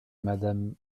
madame